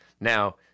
Now